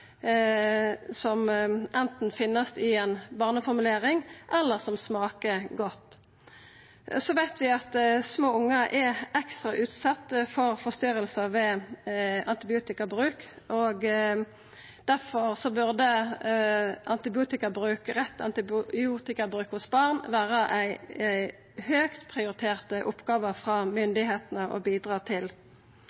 som anten finst i ei barneformulering eller smakar godt. Så veit vi at små ungar er ekstra utsette for forstyrringar ved antibiotikabruk. Difor burde rett antibiotikabruk hos barn vera ei høgt